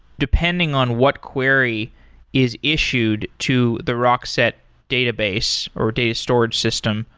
depending on what query is issued to the rockset database, or data storage system,